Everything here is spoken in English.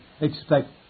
expect